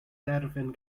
derfyn